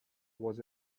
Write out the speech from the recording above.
was